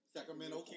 Sacramento